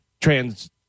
trans